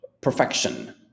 perfection